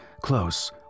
Close